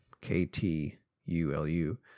K-T-U-L-U